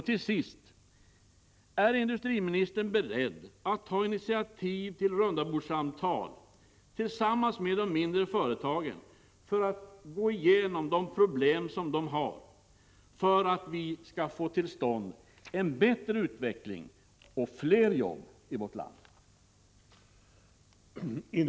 Till sist: Är industriministern beredd att ta initiativ till rundabordssamtal tillsammans med de mindre företagen för att gå igenom de problem som dessa företag har, så att vi får en bättre utveckling och fler jobb i vårt land?